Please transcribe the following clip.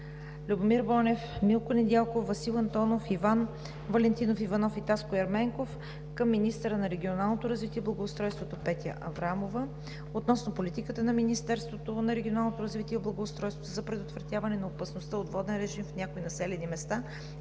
Любомир Бонев, Милко Недялков, Васил Антонов, Иван Валентинов Иванов и Таско Ерменков към министъра на регионалното развитие и благоустройството Петя Аврамова относно политиката на Министерството на регионалното развитие и благоустройството за предотвратяване на опасността от воден режим в някои населени места